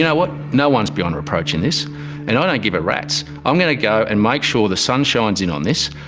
you know what? no one is beyond reproach in this, and i don't give a rats, i'm going to go and make sure the sun shines in on this.